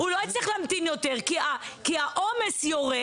אבל אני חושבת שהוא לא יצטרך להמתין לתור יותר כי העומס יורד,